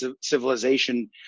civilization